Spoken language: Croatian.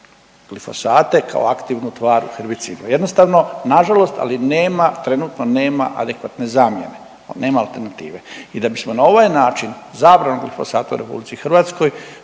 glifosate kao aktivnu tvar u herbicidu. Jednostavno nažalost ali nema, trenutno nema adekvatne zamjene, nema alternative i da bismo na ovaj način zabranom glifosata u RH doveli u potpuno